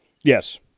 Yes